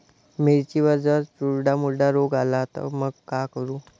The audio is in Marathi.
मिर्चीवर जर चुर्डा मुर्डा रोग आला त मंग का करू?